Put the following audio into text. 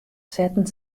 setten